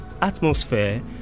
atmosphere